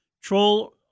troll